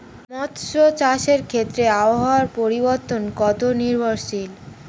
মৎস্য চাষের ক্ষেত্রে আবহাওয়া পরিবর্তন কত নির্ভরশীল?